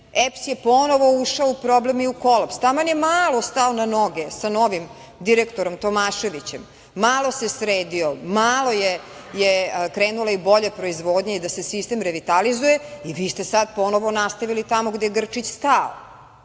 EPS je ponovo ušao u problem i u kolaps. Taman je malo stao na noge sa novim direktorom Tomaševićem, malo se sredio, malo je krenula i bolja proizvodnja i da se sistem revitalizuje. Vi ste sad ponovo nastavili tamo gde je Grčić stao.